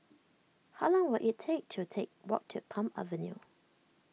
how long will it take to take walk to Palm Avenue